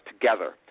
together